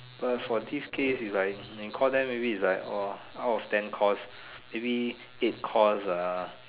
but for this case is like you call them maybe is like !wah! out of ten calls maybe eight calls are